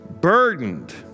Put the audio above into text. Burdened